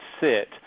sit